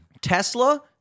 Tesla